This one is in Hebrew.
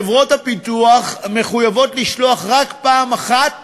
חברות הביטוח מחויבות לשלוח רק פעם אחת